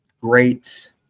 great